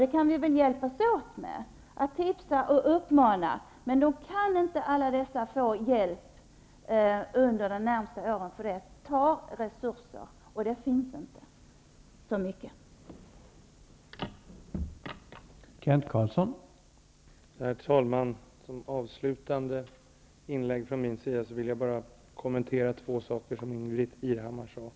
Vi kan väl hjälpas åt med att lämna tips, men man kan inte räkna med att få hjälp under de närmaste åren, för att det tar i anspråk resurser, och resurser finns det inte så gott om.